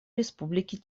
республики